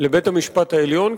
לבית-המשפט העליון,